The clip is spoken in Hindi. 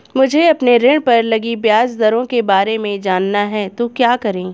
मुझे अपने ऋण पर लगी ब्याज दरों के बारे में जानना है तो क्या करें?